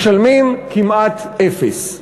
משלמים כמעט אפס.